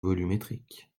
volumétrique